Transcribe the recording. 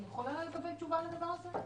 אני יכולה לקבל תשובה לדבר הזה?